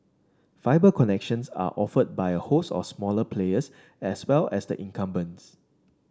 fibre connections are offered by a host of smaller players as well as the incumbents